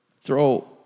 throw